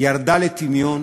ירדה לטמיון,